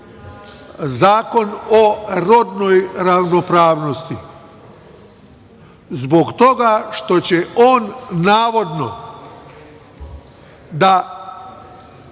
Zakon o rodnoj ravnopravnosti, zbog toga što će on navodno, hajde